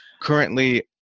currently